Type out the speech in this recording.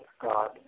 God